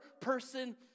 person